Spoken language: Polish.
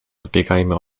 odbiegajmy